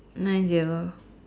no idea